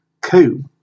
coup